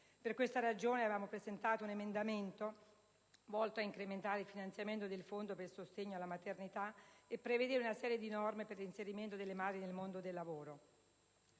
dei Valori aveva presentato un emendamento volto ad incrementare il finanziamento del Fondo per il sostegno della maternità e a prevedere una serie di norme per il reinserimento delle madri nel mondo del lavoro.